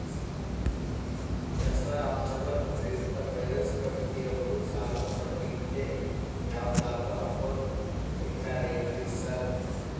ದಸರಾ ಹಬ್ಬದ ಪ್ರಯುಕ್ತ ಫೈನಾನ್ಸ್ ಕಂಪನಿಯವ್ರು ಸಾಲ ಕೊಡ್ಲಿಕ್ಕೆ ಯಾವದಾದ್ರು ಆಫರ್ ಇಟ್ಟಾರೆನ್ರಿ ಸಾರ್?